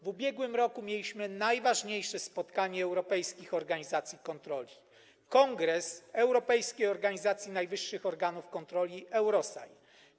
W ubiegłym roku mieliśmy najważniejsze spotkanie europejskich organizacji kontroli - kongres Europejskiej Organizacji Najwyższych Organów Kontroli, EUROSAI.